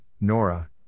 Nora